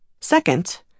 Second